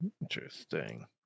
interesting